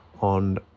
on